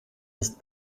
ist